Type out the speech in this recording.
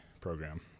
program